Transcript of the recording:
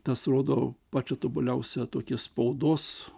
tas rodo pačią tobuliausią tokią spaudos